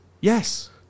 Yes